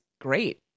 great